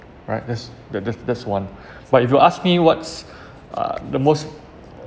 right that's that that's that's one but if you ask me what's err the most